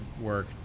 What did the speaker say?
work